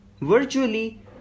Virtually